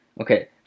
okay